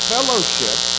Fellowship